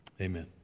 Amen